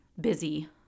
busy